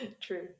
True